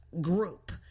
group